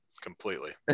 completely